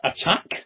Attack